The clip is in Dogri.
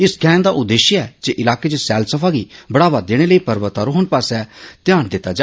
इस गैंऽ दा उद्देश्य ऐ जे इलाके च सैलसफा गी बढ़ावा देने लेई पर्वतारोहन पास्से ध्यान दिता जा